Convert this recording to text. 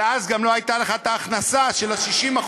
אבל אז גם לא הייתה לך ההכנסה של 60%